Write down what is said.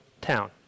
town